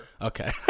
Okay